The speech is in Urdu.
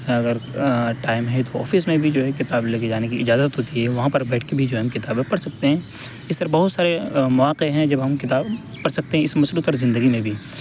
اگر ٹائم ہے تو آفس میں بھی جو ہے کتاب لے کے جانے کی اجازت ہوتی ہے وہاں پر بیٹھ کے بھی جو ہے ہم کتابیں پڑھ سکتے ہیں اس طرح بہت سارے مواقع ہیں جب ہم کتاب پڑھ سکتے ہیں اس مصروف تر زندگی میں بھی